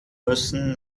müssen